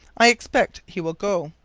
i expect he will go.